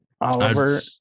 Oliver